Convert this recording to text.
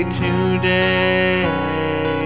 today